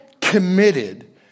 committed